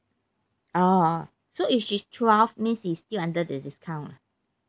oh so if she's twelve means she's still under the discount ah